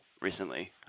recently